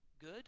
good